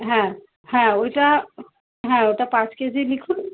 হ্যাঁ হ্যাঁ ওইটা হ্যাঁ ওটা পাঁচ কেজি লিখুন